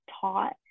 taught